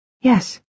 Yes